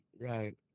Right